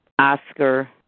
Oscar